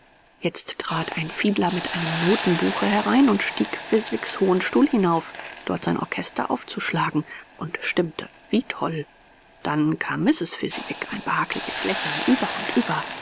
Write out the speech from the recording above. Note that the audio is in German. jetzt trat ein fiedler mit einem notenbuche herein und stieg fezziwigs hohen stuhl hinauf dort sein orchester aufzuschlagen und stimmte wie toll dann kam mrs fezziwig ein behagliches lächeln über und über